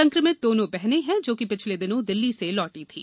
संकमित दोनो बहने हैं जो कि पिछले दिनों दिल्ली से लौटी थीं